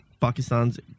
Pakistan's